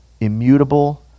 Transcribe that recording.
immutable